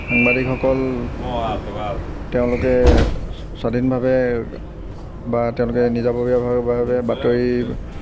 সাংবাদিকসকল তেওঁলোকে স্বাধীনভাৱে বা তেওঁলোকে নিজাববীয়াভাৱে বাতৰি